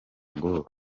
ngo